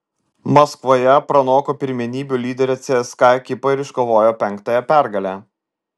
maskvoje pranoko pirmenybių lyderę cska ekipą ir iškovojo penktąją pergalę